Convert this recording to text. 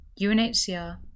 UNHCR